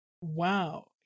Wow